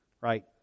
right